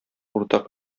уртак